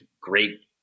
great